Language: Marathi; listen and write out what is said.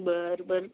बरं बरं